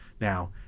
now